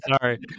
Sorry